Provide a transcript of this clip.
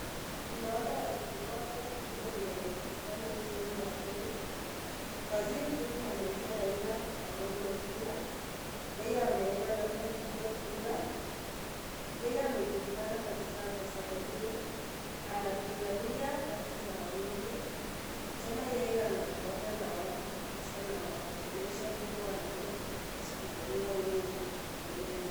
Tunaona waziri mmoja anayejulikana nchini ya Kenya . Waziri huyu anaitwa Raila Amolo Odinga. Yeye ameenda labda kupiga kura. Yeye amejulikana kabisa kwasababu, anapigania haki za wanyonge. Tena yeye anakuwanga na watu kabisa na wanaongelesha vile wanaweza pigania huyo mwenyewe.